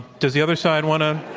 does the other side want to